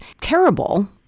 terrible